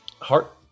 Heart